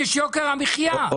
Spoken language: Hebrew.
יוקר מחיה.